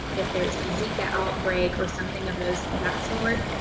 if there's zika outbreak or something of those that sort,